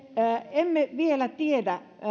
emme vielä tiedä